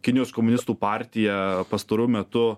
kinijos komunistų partija pastaruoju metu